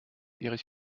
erich